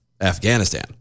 Afghanistan